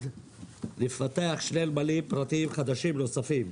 כדי לפתח שני נמלים פרטיים חדשים נוספים.